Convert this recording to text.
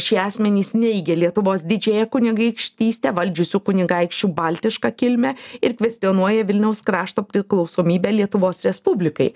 šie asmenys neigia lietuvos didžiąją kunigaikštystę valdžiusių kunigaikščių baltišką kilmę ir kvestionuoja vilniaus krašto priklausomybę lietuvos respublikai